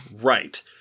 Right